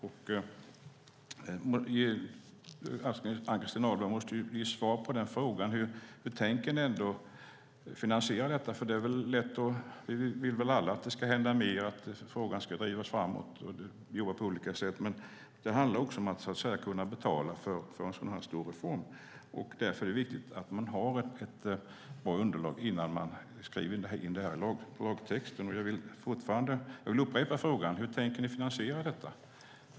Ann-Christin Ahlberg måste svara på hur Socialdemokraterna tänker finansiera reformen. Alla vill väl att det ska hända mer och att frågan ska drivas framåt. Det handlar också om att kunna betala för en så stor reform. Därför är det viktigt att det finns ett bra underlag innan det här skrivs in i lagtexten. Hur tänker Socialdemokraterna finansiera detta?